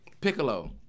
Piccolo